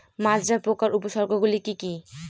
মাজরা পোকার উপসর্গগুলি কি কি?